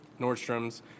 Nordstrom's